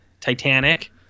titanic